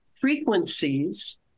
frequencies